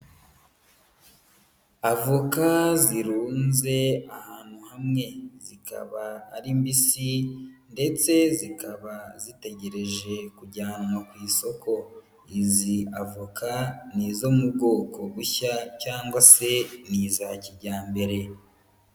Avoka zirunze ahantu hamwe. Zikaba ari mbisi ndetse zikaba zitegereje kujyanwa ku isoko. Izi avoka, ni izo mu bwoko bushya cyangwa se ni iza kijyambere.